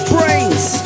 Brains